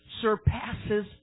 surpasses